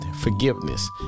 Forgiveness